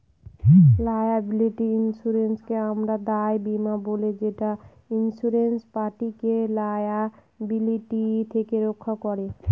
liability ইন্সুরেন্সকে আমরা দায় বীমা বলি যেটা ইন্সুরেড পার্টিকে লায়াবিলিটি থেকে রক্ষা করে